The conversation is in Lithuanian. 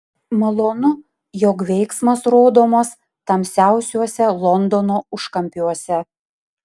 malonu jog veiksmas rodomas tamsiausiuose londono užkampiuose